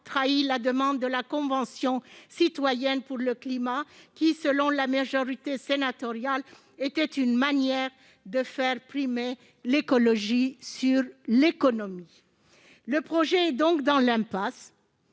trahi la demande de la Convention citoyenne pour le climat, qui, selon la majorité sénatoriale, était une manière de faire primer l'écologie aux dépens de l'économie. Ce projet de loi